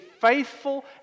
faithful